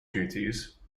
duties